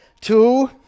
two